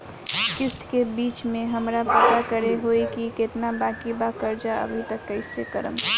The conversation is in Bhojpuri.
किश्त के बीच मे हमरा पता करे होई की केतना बाकी बा कर्जा अभी त कइसे करम?